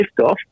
liftoff